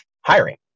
hiring